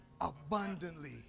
abundantly